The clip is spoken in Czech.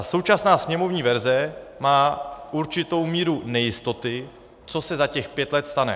Současná sněmovní verze má určitou míru nejistoty, co se za těch pět let stane.